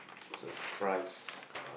surprise uh